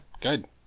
good